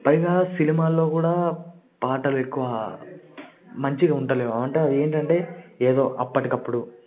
పైగా సినిమాల్లో కూడ పాటలు ఎక్కువ మంచిగా ఉండటం లేదు అవి ఏంటంటే అవి ఏదో అప్పటికప్పుడు